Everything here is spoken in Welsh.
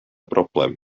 broblem